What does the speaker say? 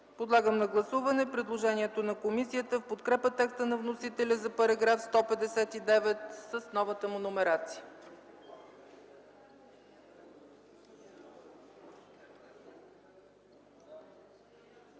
Подлагам на гласуване предложението на комисията в подкрепа текста на вносителя за § 165 с неговата нова номерация.